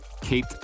Kate